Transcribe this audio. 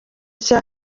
nshya